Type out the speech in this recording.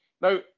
Now